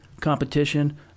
competition